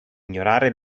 ignorare